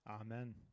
amen